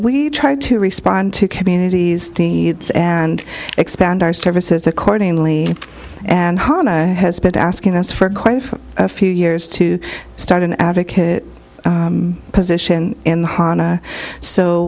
we tried to respond to communities and expand our services accordingly and hama has been asking us for quite a few years to start an advocate position in the honna so